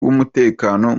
w’umutekano